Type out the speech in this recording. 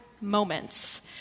moments